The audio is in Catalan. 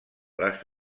les